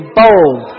bold